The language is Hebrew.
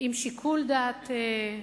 עם שיקול דעת,